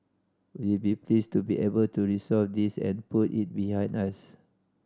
we'd be pleased to be able to resolve this and put it behind us